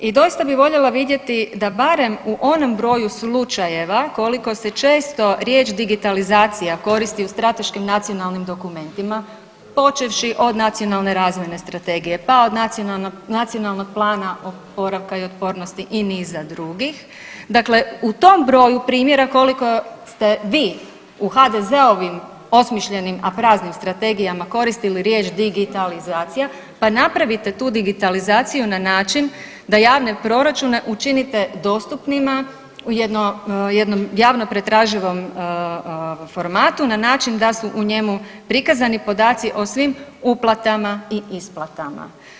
I doista bi voljela vidjeti da barem u onom broju slučajeva koliko se često riječ digitalizacija koristi u strateškim nacionalnim dokumentima, počevši od Nacionalne razvojne strategije, pa Nacionalnog plana oporavka i otpornosti i niza drugih, dakle u tom broju primjera koliko ste vi u HDZ-ovim osmišljenim, a praznim strategijama koristili riječ digitalizacija, pa napravite tu digitalizaciju na način da javne proračune učinite dostupnima u jedno, jednom javno pretraživom formatu na način da su u njemu prikazani podaci o svim uplatama i isplatama.